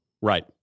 Right